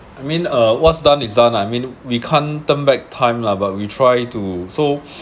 I mean uh what's done is done lah I mean we can't turn back time lah but we try to so